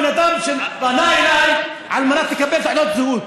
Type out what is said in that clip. בן אדם פנה אליי על מנת לקבל תעודת זהות.